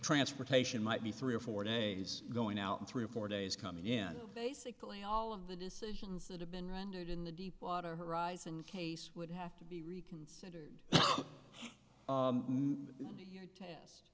transportation might be three or four days going out three or four days coming in basically all of the decisions that have been rendered in the deepwater horizon case would have to be reconsidered